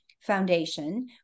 Foundation